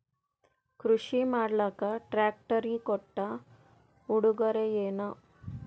ಕೃಷಿ ಮಾಡಲಾಕ ಟ್ರಾಕ್ಟರಿ ಕೊಟ್ಟ ಉಡುಗೊರೆಯೇನ?